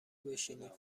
بشینیم